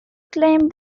claimed